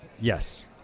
Yes